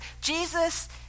Jesus